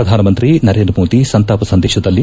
ಪ್ರಧಾನಮಂತ್ರಿ ನರೇಂದ್ರ ಮೋದಿ ಸಂತಾಪ ಸಂದೇಶದಲ್ಲಿ